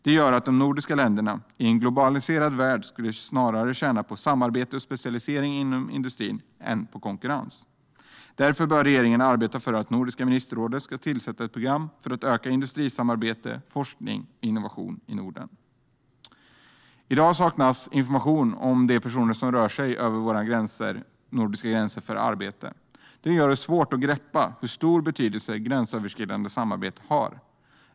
De nordiska länderna skulle i en globaliserad värld snarare tjäna på samarbete och specialisering inom industrin än på konkurrens. Därför bör regeringen arbeta för att Nordiska ministerrådet ska tillsätta ett program för ett ökat industrisamarbete samt mer forskning och innovation i Norden. I dag saknas information om de personer som rör sig över våra nordiska gränser för arbete. Det gör det svårt att greppa hur stor betydelse gränsöverskridande samarbete har.